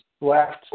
left